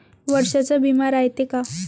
वर्षाचा बिमा रायते का?